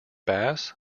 bass